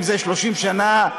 אם זה 30 שנה.